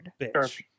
bitch